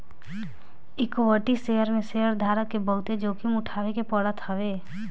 equity share में शेयरधारक के बहुते जोखिम उठावे के पड़त हवे